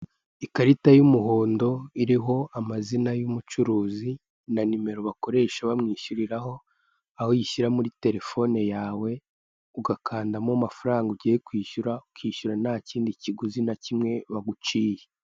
Ikarita y'umuhondo iriho amazina y'umucuruzi na nimero bakoresha bamwishyuriraho, aho uyishyira muri telefoni yawe ugakandamo amafaranga ugiye kwishyura ukishyura nta kindi kiguzi na kimwe baguciye.